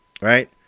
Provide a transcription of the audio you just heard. Right